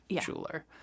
jeweler